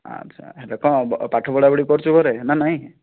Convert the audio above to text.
ଆଛା ହେଲେ କଣ ପାଠ ପଢାପଢି କରୁଛୁ ଘରେ ନା ନାହିଁ